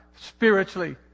spiritually